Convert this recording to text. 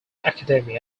academy